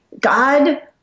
God